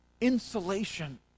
insulation